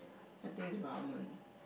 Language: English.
I think it's ramen